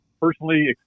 personally